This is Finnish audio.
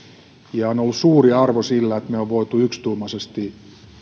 ja on ollut suuri arvo sillä että me olemme voineet yksituumaisesti